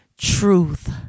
Truth